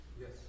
Yes